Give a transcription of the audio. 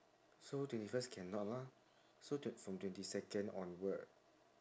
so twenty first cannot lor so tw~ from twenty second onward